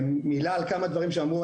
מילה על כמה דברים שאמרו.